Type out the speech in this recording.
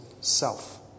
self